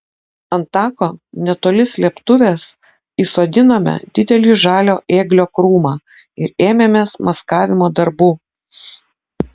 ant tako netoli slėptuvės įsodinome didelį žalio ėglio krūmą ir ėmėmės maskavimo darbų